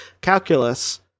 calculus